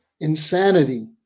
insanity